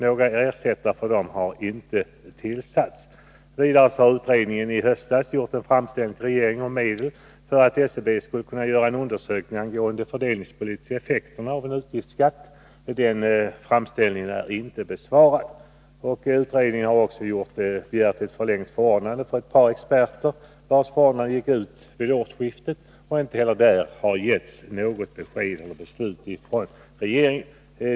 Några ersättare för dessa två ledamöter har inte tillsatts. Vidare gjorde utredningen i höstas en framställning till regeringen om medel för att SCB skulle kunna göra en undersökning angående de fördelningspolitiska effekterna av en utgiftsskatt. Denna framställning är inte besvarad. Utredningen har också begärt ett förlängt förordnande för ett par experter, vilkas förordnanden gick ut vid årsskiftet. Inte heller där har getts något besked eller fattats beslut av regeringen.